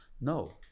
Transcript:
No